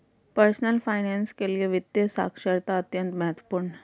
personal finance के लिए वित्तीय साक्षरता अत्यंत महत्वपूर्ण है